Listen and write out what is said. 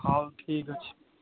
ହଉ ଠିକ୍ ଅଛି